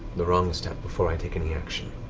the wrong step, before i take any action.